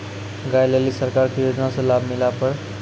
गाय ले ली सरकार के योजना से लाभ मिला पर?